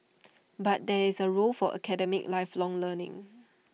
but there is A role for academic lifelong learning